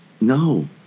No